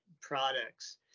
products